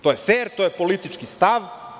To je fer, to je politički stav.